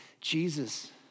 Jesus